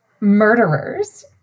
murderers